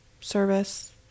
service